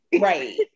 right